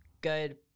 good